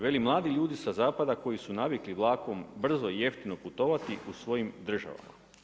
Veli mladi ljudi sa zapada koji su navikli vlakom brzo i jeftino putovati u svojim državama.